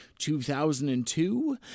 2002